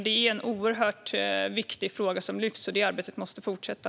Det är en oerhört viktig fråga som lyfts, så det arbetet måste fortsätta.